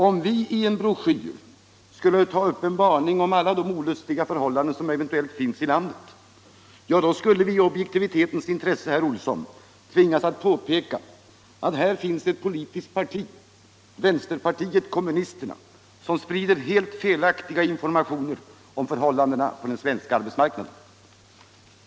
Om vi i en broschyr skulle ta upp en varning för alla de olustiga förhållanden som eventuellt finns i landet, då skulle vi i objektivitetens intresse, herr Olsson, tvingas att påpeka att här finns ett politiskt parti, vänsterpartiet kommunisterna, som sprider helt felaktiga informationer om förhållandena på den svenska arbetsmarknaden.